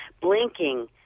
blinking